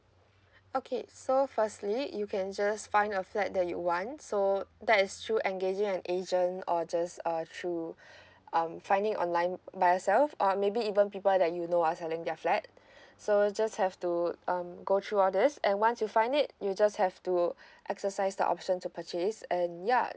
okay so firstly you can just find a flat that you want so that is through engaging an agent or just uh through um finding online by herself or maybe even people that you know are selling their flat so just have to um go through all these and once you find it you just have to exercise the option to purchase and yeah